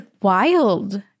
wild